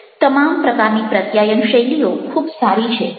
તમામ પ્રકારની પ્રત્યાયન શૈલીઓ ખૂબ સારી છે